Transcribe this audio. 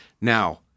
Now